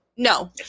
no